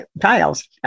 tiles